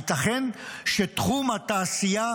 הייתכן שתחום התעשייה,